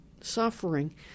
suffering